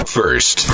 first